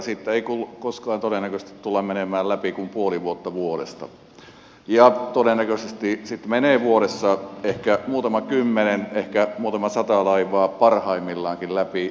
siitä ei koskaan todennäköisesti tulla menemään läpi kuin puoli vuotta vuodesta ja todennäköisesti sitten menee vuodessa ehkä muutama kymmenen ehkä muutama sata laivaa parhaimmillaankin läpi